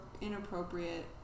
inappropriate